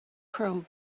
chrome